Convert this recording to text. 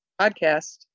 podcast